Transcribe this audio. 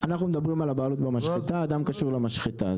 אנחנו מדברים על בעלות במשחטה, אדם קשור במשחטה.